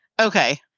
Okay